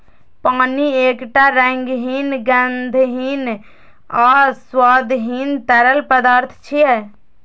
पानि एकटा रंगहीन, गंधहीन आ स्वादहीन तरल पदार्थ छियै